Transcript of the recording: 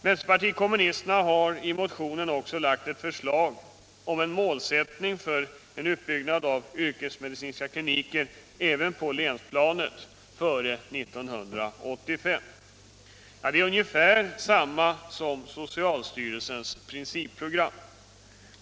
Vänsterpartiet kommunisterna har i den aktuella motionen också lagt fram förslag om en målsättning för utbyggnad av yrkesmedicinska kliniker även på länsplanet före 1985. Det är ungefär detsamma som socialstyrelsens principprogram.